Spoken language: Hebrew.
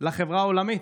מול החברה העולמית.